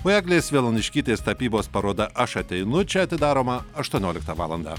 o eglės vielaniškytės tapybos paroda aš ateinu čia atidaroma aštuonioliktą valandą